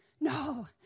No